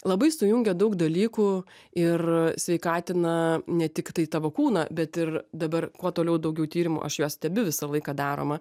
labai sujungia daug dalykų ir sveikatina ne tiktai tavo kūną bet ir dabar kuo toliau daugiau tyrimų aš juos stebiu visą laiką daroma